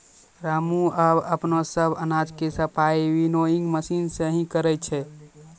रामू आबॅ अपनो सब अनाज के सफाई विनोइंग मशीन सॅ हीं करै छै